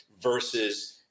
versus